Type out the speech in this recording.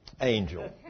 Angel